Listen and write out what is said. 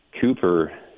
Cooper